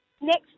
Next